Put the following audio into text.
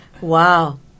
wow